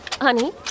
Honey